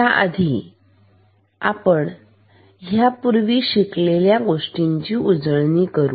ह्या आधी आपण ह्या पूर्वी शिकलेल्या गोष्टींची उजळणी करू